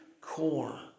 core